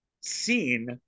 seen